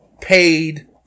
paid